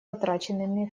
потраченными